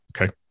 Okay